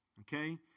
Okay